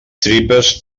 tripes